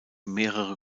mehrere